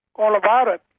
all about it.